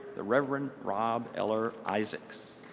the reverend rob eller-isaacs.